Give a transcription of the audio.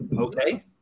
Okay